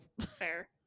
fair